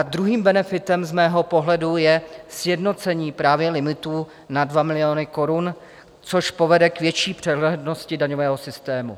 Druhým benefitem z mého pohledu je sjednocení právě limitů na 2 miliony korun, což povede k větší přehlednosti daňového systému.